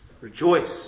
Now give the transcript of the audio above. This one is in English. rejoice